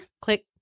Click